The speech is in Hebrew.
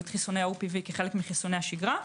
את חיסוני ה-OPV כחלק מחיסוני השגרה.